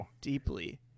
Deeply